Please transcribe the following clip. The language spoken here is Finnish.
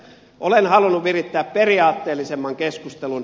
olen halunnut virittää periaatteellisemman keskustelun